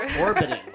orbiting